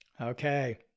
Okay